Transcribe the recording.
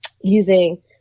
using